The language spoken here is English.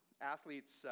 Athletes